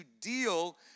deal